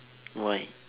why